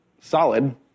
solid